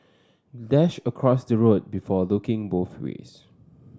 dash across the road before looking both ways